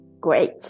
Great